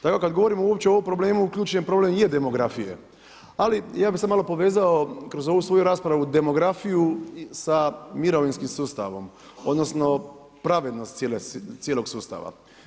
Tako kad govorimo uopće o ovom problemu ključni problem je demografija, ali ja bih sad malo povezao kroz ovu svoju raspravu demografiju sa mirovinskim sustavom odnosno pravednost cijelog sustava.